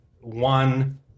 one